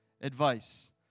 advice